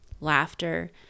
laughter